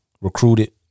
Recruited